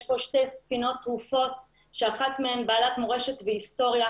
יש כאן שתי ספינות טרופות שאחת מהן בעלת מורשת והיסטוריה,